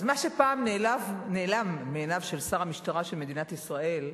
אז מה שפעם נעלם מעיניו של שר המשטרה של מדינת ישראל,